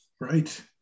Right